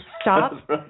stop